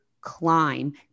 climb